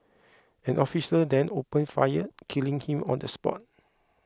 an officer then opened fire killing him on the spot